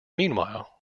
meanwhile